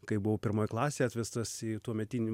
kai buvau pirmoj klasėj atvestas į tuometinį